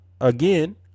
again